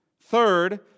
Third